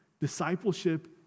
discipleship